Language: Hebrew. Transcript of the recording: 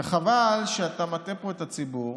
חבל שאתה מטעה פה את הציבור